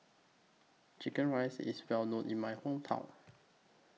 Chicken Rice IS Well known in My Hometown